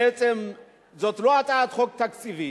בעצם זאת לא הצעת חוק תקציבית.